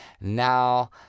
now